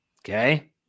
Okay